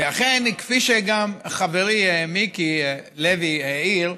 ולכן, כפי שגם חברי מיקי לוי העיר,